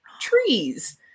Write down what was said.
trees